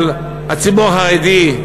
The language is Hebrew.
אבל הציבור החרדי,